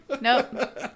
Nope